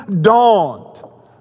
dawned